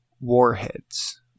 Warheads